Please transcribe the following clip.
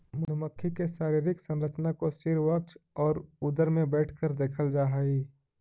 मधुमक्खी के शारीरिक संरचना को सिर वक्ष और उदर में बैठकर देखल जा हई